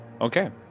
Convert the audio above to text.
Okay